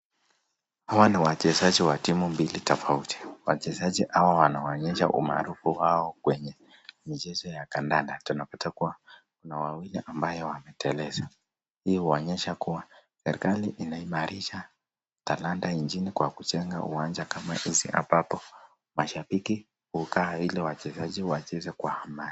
Hawa ni wachezaji wa timu mbili tofauti. Wachezaji hawa wanaonyesha umaarufu wao kwenye michezo ya kandanda. Tunapata kua, kuna wawili ambayo wameteleza. Hii huonyesha kua serikali inaimarisha talanta nchini kwa kujenga uwanja kama hizi hapa hapa mashabiki hukaa ili wachezaji wacheze kwa amani.